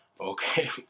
Okay